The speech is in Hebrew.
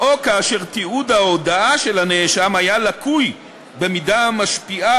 או כאשר תיעוד ההודאה של הנאשם היה לקוי במידה המשפיעה